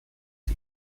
die